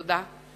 תודה.